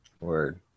Word